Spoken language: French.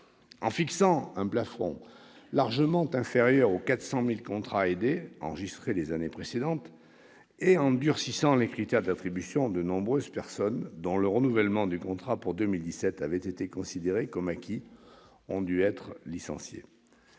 la fixation d'un plafond largement inférieur aux 400 000 contrats aidés enregistrés les années précédentes et du durcissement des critères d'attribution, de nombreuses personnes dont le renouvellement du contrat pour 2017 avait été considéré comme acquis ont dû être licenciées.